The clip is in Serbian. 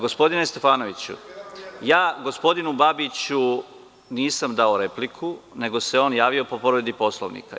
Gospodine Stefanoviću, gospodinu Babiću nisam dao repliku, nego se on javio po povredi Poslovnika.